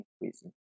increasing